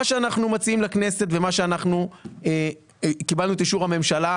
מה שאנחנו מציעים לכנסת ומה שאנחנו קיבלנו את אישור הממשלה,